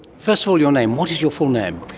first of all your name. what is your full name?